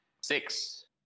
Six